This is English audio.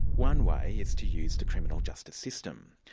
one way is to use the criminal justice system.